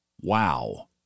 Wow